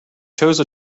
chose